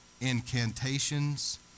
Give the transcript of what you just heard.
incantations